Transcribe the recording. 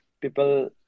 people